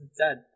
dead